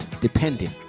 Depending